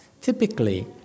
typically